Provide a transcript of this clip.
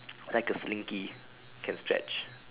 like a slinky can stretch